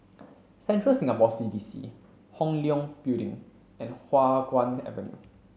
Central Singapore C D C Hong Leong Building and Hua Guan Avenue